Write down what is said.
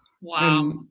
wow